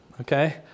Okay